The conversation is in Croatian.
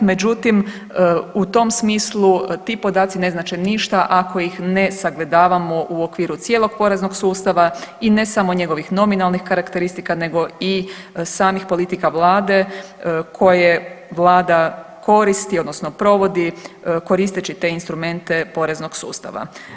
Međutim, u tom smislu ti podaci ne znače ništa ako ih ne sagledavamo u okviru cijelog poreznog sustava i ne samo njegovih nominalnih karakteristika nego i samih politika Vlade koje Vlada koristi, odnosno provodi koristeći te instrumente poreznog sustava.